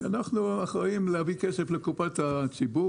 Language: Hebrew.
אנחנו אחראים להביא כסף לקופת הציבור